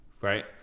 Right